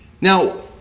Now